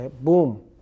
Boom